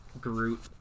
Groot